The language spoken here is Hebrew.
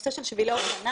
נושא של שבילי אופניים.